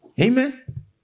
Amen